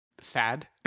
sad